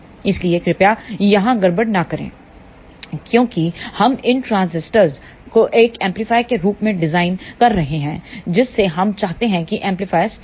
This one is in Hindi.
इसलिए कृपया यहां गड़बड़ न करें क्योंकि हम इस ट्रांजिस्टर को एक एम्पलीफायर के रूप में डिजाइन कर रहे हैं जिस से हम चाहते हैं कि एम्पलीफायर सटेबल हो